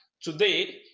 Today